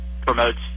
promotes